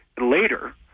later